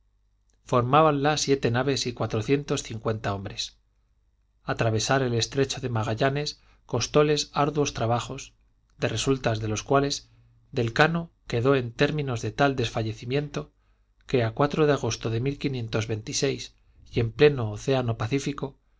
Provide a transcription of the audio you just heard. molucas formábanla siete naves y cuatrocientos cincuenta hombres atravesar el estrecho de magallanes costóles arduos trabajos de resultas de los cuales del cano quedó en términos de tal desfallecimiento que a de agosto de y en pleno océano pacífico